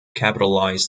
capitalized